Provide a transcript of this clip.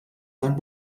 sein